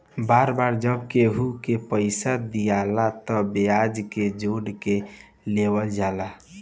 बार बार जब केहू के पइसा दियाला तब ब्याज के जोड़ के लेवल जाला